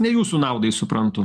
ne jūsų naudai suprantu